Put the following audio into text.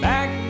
Back